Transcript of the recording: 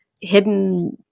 hidden